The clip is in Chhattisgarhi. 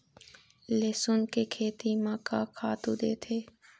लेसुन के खेती म का खातू देथे?